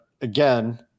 Again